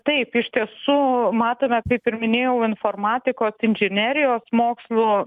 taip iš tiesų matome kaip ir minėjau informatikos inžinerijos mokslų